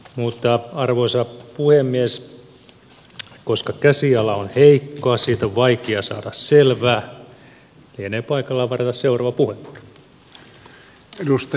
mutta arvoisa puhemies koska käsiala on heikkoa siitä on vaikea saada selvää lienee paikallaan varata seuraava puheenvuoro